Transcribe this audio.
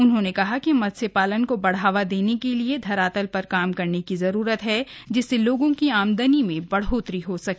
उन्होंने कहा कि मत्स्य पालन को बढ़ावा देने के लिए धरातल पर काम करने की ज़रूरत है जिससे लोगों की आमदनी में बढ़ोतरी हो सके